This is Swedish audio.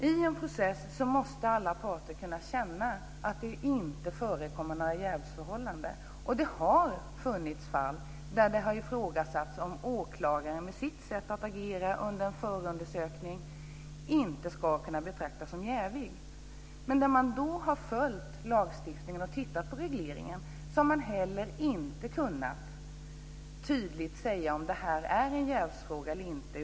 I en process måste alla parterna kunna känna att det inte förekommer några jävsförhållanden, och det har funnits fall där det har ifrågasatts om åklagaren med sitt sätt att agera under en förundersökning ska kunna betraktas som ojävig. När man då har tittat på regleringen i lagstiftningen har man inte kunnat tydligt säga om det föreligger jäv eller inte.